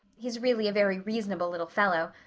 he's really a very reasonable little fellow.